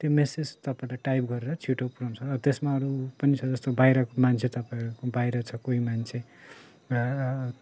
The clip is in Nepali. त्यो मेसेज तपाईँले टाइप गरेर छिट्टो पुऱ्याउँछ अब त्यसमा अरू पनि छ जस्तो बाहिरको मान्छे तपाईँहरूको बाहिर छ कोही मान्छे